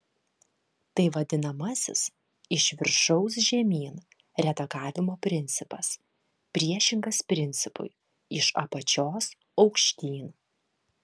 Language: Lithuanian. tai vadinamasis iš viršaus žemyn redagavimo principas priešingas principui iš apačios aukštyn